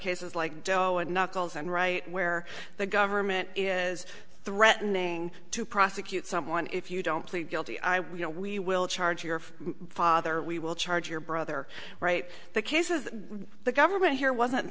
cases like joe and knuckles and right where the government is threatening to prosecute someone if you don't plead guilty i will you know we will charge your father we will charge your brother right the case is the government here wasn't